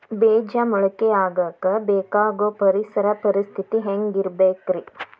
ಬೇಜ ಮೊಳಕೆಯಾಗಕ ಬೇಕಾಗೋ ಪರಿಸರ ಪರಿಸ್ಥಿತಿ ಹ್ಯಾಂಗಿರಬೇಕರೇ?